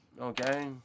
okay